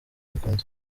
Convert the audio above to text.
bikunze